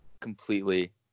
completely